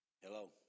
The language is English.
Hello